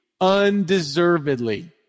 undeservedly